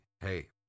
Hey